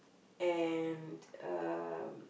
and um